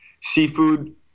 seafood